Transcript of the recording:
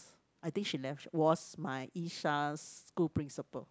I think she left was my school principal